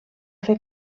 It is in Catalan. fer